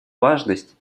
важность